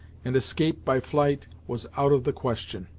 and escape by flight was out of the question,